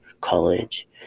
college